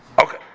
Okay